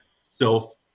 self